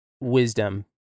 wisdom